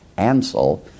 Ansel